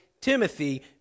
Timothy